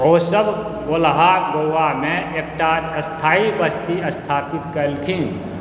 ओसभ वेल्हा गोवामे एकटा स्थायी बस्ती स्थापित केलखिन